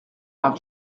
par